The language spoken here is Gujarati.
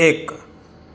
એક